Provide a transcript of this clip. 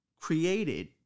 created